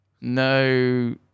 No